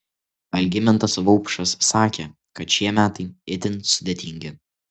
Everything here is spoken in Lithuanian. algimantas vaupšas sakė kad šie metai itin sudėtingi